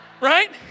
right